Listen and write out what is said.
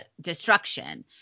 destruction